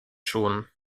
schon